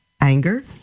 anger